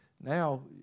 Now